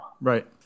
Right